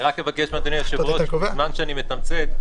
בזמן שאני מתמצת,